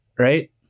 right